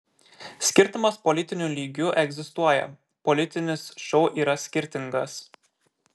skirtumas politiniu lygiu egzistuoja politinis šou yra skirtingas